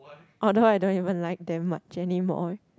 oh no I don't even like them much anymore